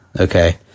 Okay